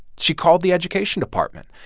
she called the education department,